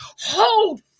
hold